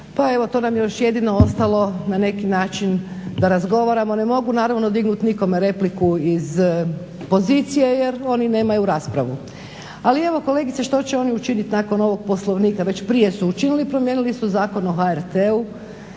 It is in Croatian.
Pa evo to nam je još jedino ostalo na neki način da razgovaramo. Ne mogu naravno dignuti nikome repliku iz pozicije jer oni nemaju raspravu. Ali evo kolegice što će oni učiniti nakon ovog Poslovnika, već prije su učinili, promijenili su Zakon o HRT-u,